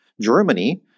Germany